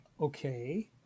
okay